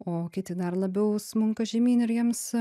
o kiti dar labiau smunka žemyn ir jiems